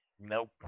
Nope